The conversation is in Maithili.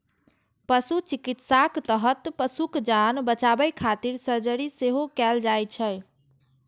पशु चिकित्साक तहत पशुक जान बचाबै खातिर सर्जरी सेहो कैल जाइ छै